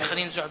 חנין זועבי?